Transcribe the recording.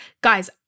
Guys